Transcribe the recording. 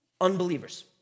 unbelievers